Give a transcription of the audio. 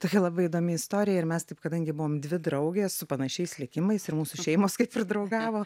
tokia labai įdomi istorija ir mes taip kadangi buvom dvi draugės su panašiais likimais ir mūsų šeimos kaip ir draugavo